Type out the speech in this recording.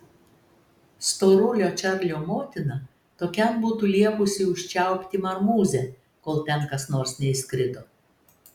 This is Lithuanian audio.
storulio čarlio motina tokiam būtų liepusi užčiaupti marmūzę kol ten kas nors neįskrido